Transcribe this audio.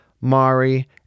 Mari